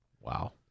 wow